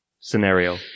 scenario